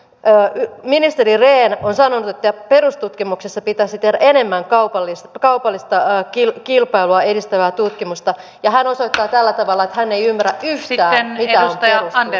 ministeri rehn on sanonut että perustutkimuksessa pitäisi tehdä enemmän kaupallista kilpailua edistävää tutkimusta ja hän osoittaa tällä tavalla että hän ei ymmärrä yhtään mitä on perustutkimus